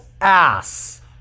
ass